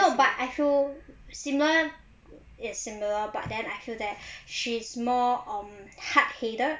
no but I feel similar is similar but then I feel that she is more on hard headed